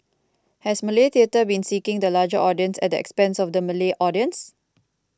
has Malay theatre been seeking the larger audience at the expense of the Malay audience